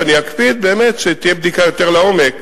ואני אקפיד שתהיה בדיקה יותר לעומק